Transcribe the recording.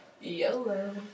Yellow